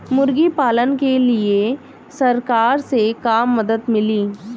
मुर्गी पालन के लीए सरकार से का मदद मिली?